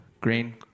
Green